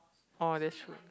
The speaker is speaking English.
orh that's true